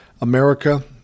America